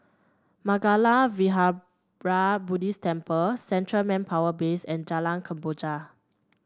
Mangala Vihara Buddhist Temple Central Manpower Base and Jalan Kemboja